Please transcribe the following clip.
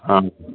ହଁ